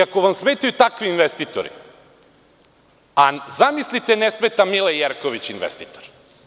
Ako vam smetaju takvi investitori, a zamislite ne smeta Mile Jerković investitor.